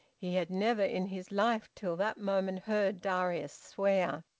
he had never in his life till that moment heard darius swear.